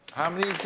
how many,